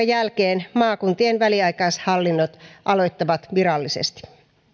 jälkeen maakuntien väliaikaishallinnot aloittavat virallisesti